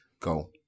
Go